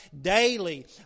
daily